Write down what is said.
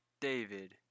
David